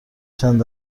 چند